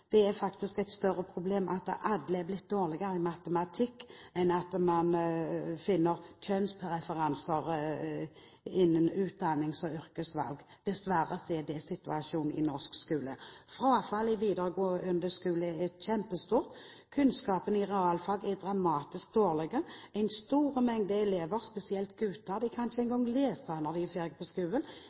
Det er faktisk et større problem at alle er blitt dårligere i matematikk enn at en finner kjønnspreferanser innenfor utdannings- og yrkesvalg. Dessverre er det situasjonen i norsk skole. Frafallet i videregående skole er kjempestort. Kunnskapen i realfag er dramatisk dårlig. En stor mengde elever, spesielt gutter, kan ikke engang lese når de er ferdig på